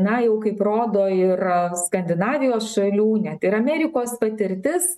na jau kaip rodo ir skandinavijos šalių net ir amerikos patirtis